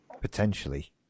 Potentially